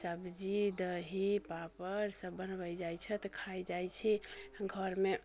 सब्जी दही पापड़ सभ बनबै जाइ छथि खाइ जाइ छी घरमे